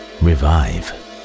revive